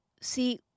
see